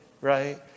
right